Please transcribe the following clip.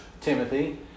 Timothy